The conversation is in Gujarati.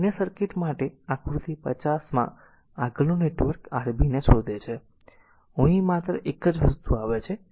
તેથી આ અન્ય સર્કીટ કે આકૃતિ 50 માં આગળનું નેટવર્ક Rabને શોધે છે અને હું અહીં માત્ર એક જ વસ્તુ આવે છે